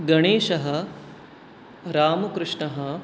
गणेशः रामकृष्णः